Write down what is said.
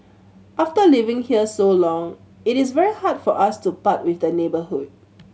after living here so long it is very hard for us to part with the neighbourhood